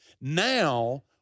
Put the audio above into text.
now